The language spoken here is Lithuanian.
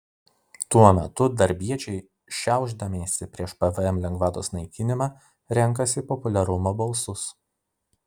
tuo metu darbiečiai šiaušdamiesi prieš pvm lengvatos naikinimą renkasi populiarumo balsus